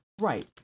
Right